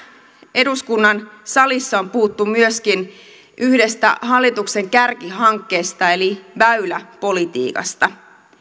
eduskunnan salissa on puhuttu myöskin yhdestä hallituksen kärkihankkeesta eli väyläpolitiikasta